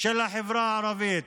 של החברה הערבית